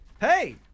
Hey